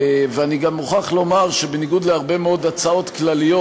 אני גם מוכרח לומר שבניגוד להרבה מאוד הצעות כלליות,